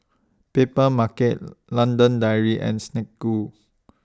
Papermarket London Dairy and Snek Ku